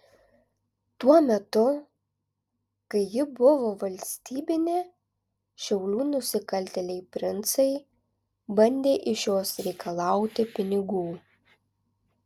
tuo metu kai ji buvo valstybinė šiaulių nusikaltėliai princai bandė iš jos reikalauti pinigų